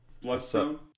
Bloodstone